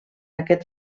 aquest